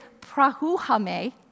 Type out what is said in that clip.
prahuhame